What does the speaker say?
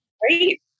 great